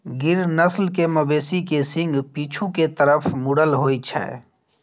गिर नस्ल के मवेशी के सींग पीछू के तरफ मुड़ल होइ छै